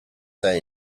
say